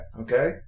okay